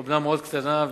אומנם מאוד קטנה,